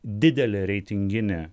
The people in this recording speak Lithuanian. didelė reitinginė